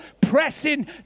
pressing